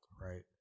Right